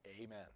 Amen